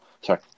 sorry